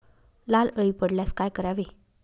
लाल अळी पडल्यास काय करावे?